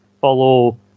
follow